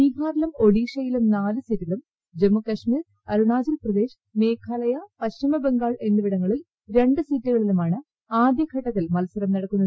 ബീഹാറിലും ഒഡീഷയിലും നാലു സീറ്റിലും ജമ്മുകാശ്മീർ അരുണാചൽപ്രദേശ് മേഘാലയ പശ്ചിമബംഗാൾ എന്നിവിടങ്ങളിൽ ര ുസീറ്റുകളിലുമാണ് ആദ്യ ഘട്ടത്തിൽ മൽസരം നടക്കുന്നത്